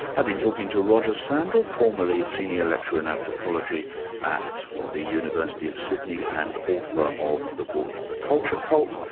i've been talking to roger sandall, formerly senior lecturer in anthropology at the university of sydney, and author of the book, the culture cult,